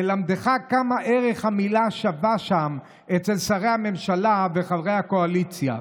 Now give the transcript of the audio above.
ללמדך כמה ערך המילה שווה שם אצל שרי הממשלה וחברי הקואליציה.